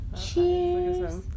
Cheers